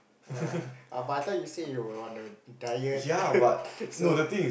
!woah! but I thought you say you were on a diet so